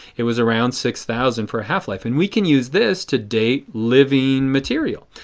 it was around six thousand for half-life. and we can use this to date living material.